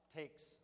takes